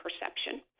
perception